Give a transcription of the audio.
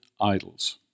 idols